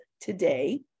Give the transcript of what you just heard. today